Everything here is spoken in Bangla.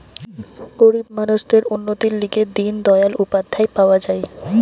গরিব মানুষদের উন্নতির লিগে দিন দয়াল উপাধ্যায় পাওয়া যায়